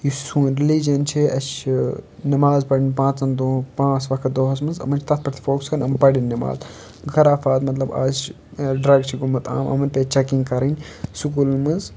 یُس سون ریٚلِجَن چھِ اَسہِ چھِ نٮ۪ماز پَرٕنۍ پانٛژَن دۄہَن پانٛژھ وقت دۄہَس منٛز یِمَن چھِ تَتھ پٮ۪ٹھ تہِ فوکَس کَرَن یِم پَرٮ۪ن نٮ۪ماز خرافات مطلب اَز چھِ ڈرٛگ چھِ گوٚمُت عام یِمَن پیٚیہِ چَکِنٛگ کَرٕنۍ سکوٗلَن منٛز